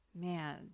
man